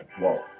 Whoa